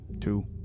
two